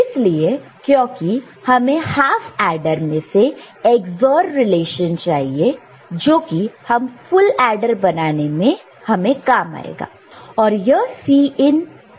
इसलिए क्योंकि हमें हाफ एडर में से XOR रिलेशन चाहिए जो कि हम फुल एडर बनाने में काम आएगा और यह Cin AB को यहां लेंगे